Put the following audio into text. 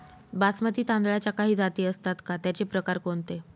बासमती तांदळाच्या काही जाती असतात का, त्याचे प्रकार कोणते?